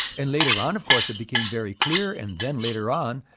and later on, of course, it became very clear, and then, later on,